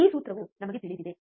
ಈ ಸೂತ್ರವು ನಮಗೆ ತಿಳಿದಿದೆ